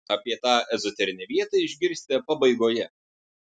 apie tą ezoterinę vietą išgirsite pabaigoje